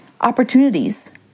opportunities